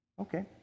Okay